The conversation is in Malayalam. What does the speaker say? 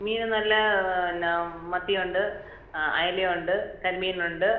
മീൻ നല്ല പിന്നെ മത്തിയുണ്ട് ആ അയല ഉണ്ട് കരിമീനുണ്ട്